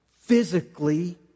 physically